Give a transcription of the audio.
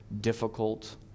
difficult